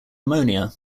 ammonia